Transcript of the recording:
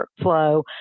workflow